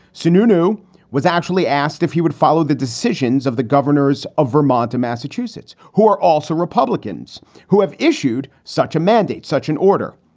sununu was actually asked if he would follow the decisions of the governors of vermont or massachusetts who are also republicans who have issued such a mandate, such an order.